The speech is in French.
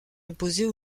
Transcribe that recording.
imposées